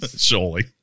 Surely